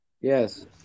Yes